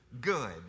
good